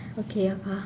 okay afar